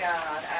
God